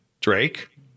Drake